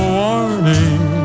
warning